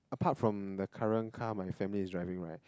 apart from the current car my family is driving right